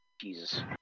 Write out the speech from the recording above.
Jesus